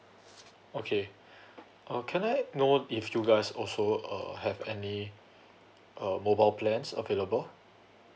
okay uh can I know if you guys also uh have any uh mobile plans available